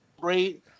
great